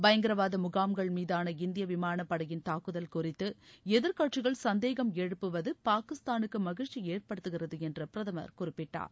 பயங்கரவாத முகாம்கள் மீதான இந்திய விமானப்படையின் தாக்குதல் குறித்து எதிர்கட்சிகள் சந்தேகம் எழுப்புவது பாகிஸ்தானுக்கு மகிழ்ச்சி ஏற்படுத்துகிறது என்று பிரதமர் குறிப்பிட்டார்